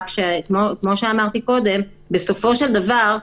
אבל בסופו של דבר,